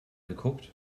geguckt